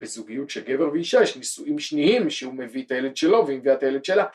בזוגיות של גבר ואישה יש נישואים שניים שהוא מביא את הילד שלו והיא מביאה את הילד שלה